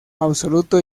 absoluto